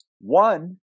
one